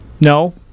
No